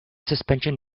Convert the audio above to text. suspension